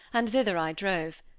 and thither i drove.